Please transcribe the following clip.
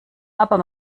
aber